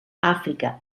àfrica